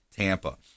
Tampa